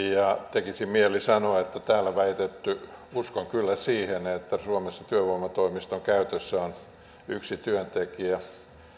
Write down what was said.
tekisi mieli sanoa että täällä väitetty uskon kyllä siihen että suomessa työvoimatoimiston käytössä on yksi työntekijä